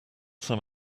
some